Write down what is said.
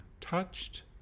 touched